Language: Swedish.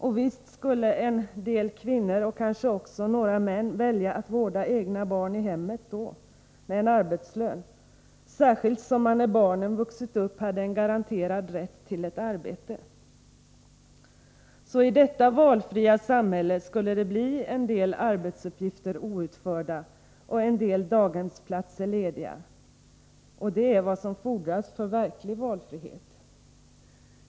Och visst skulle en hel del kvinnor och kanske också några män välja att vårda egna barn i hemmet med en arbetslön, särskilt som man när barnen vuxit upp hade en garanterad rätt till ett arbete. Så i detta valfria samhälle skulle det bli en del arbetsuppgifter outförda och en del daghemsplatser lediga — men det är vad som fordras för verklig valfrihet.